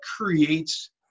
creates